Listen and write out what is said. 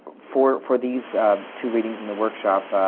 for for these two readings and the workshop,